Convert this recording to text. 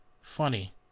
Funny